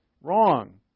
wrong